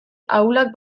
ahulak